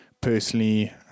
personally